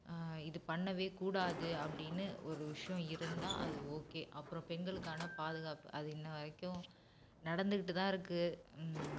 இது பண்ணவே கூடாது அப்படினு ஒரு விஷயம் இருந்தா அது ஓகே அப்புறம் பெண்களுக்கான பாதுகாப்பு அது இன்ன வரைக்கும் நடந்துகிட்டு தான் இருக்கு